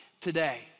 today